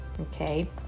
okay